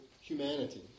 humanity